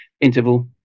interval